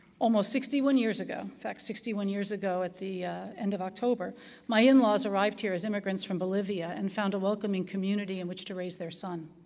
almost sixty one years ago in fact, sixty one years ago at the end of october my in-laws arrived here as immigrants from bolivia, and found a welcoming community in which to raise their son.